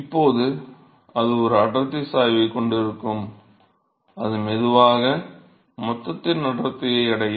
இப்போது அது ஒரு அடர்த்தி சாய்வைக் கொண்டிருக்கும் அது மெதுவாக மொத்தத்தின் அடர்த்தியை அடையும்